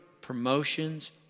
promotions